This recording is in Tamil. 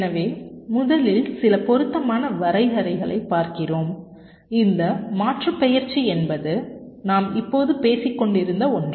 எனவே முதலில் சில பொருத்தமான வரையறைகளைப் பார்க்கிறோம் இந்த மாற்றுப்பெயர்ச்சி என்பது நாம் இப்போது பேசிக் கொண்டிருந்த ஒன்று